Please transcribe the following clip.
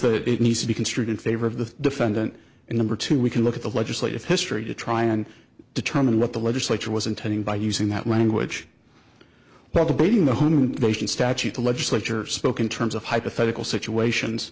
that it needs to be construed in favor of the defendant and number two we can look at the legislative history to try and determine what the legislature was intending by using that language well the building a home invasion statute the legislature spoke in terms of hypothetical situations